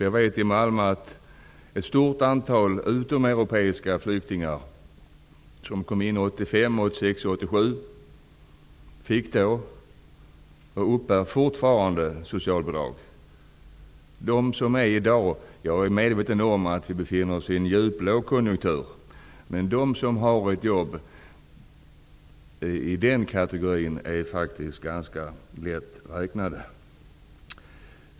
Jag vet att ett stort antal utomeuropeiska flyktingar i Malmö som kom 1985, 1986 och 1987 då fick och fortfarande uppbär socialbidrag. Jag är medveten om att vi befinner oss i en djup lågkonjunkter, men de i den kategorin som har ett jobb är faktiskt ganska lätt räknade.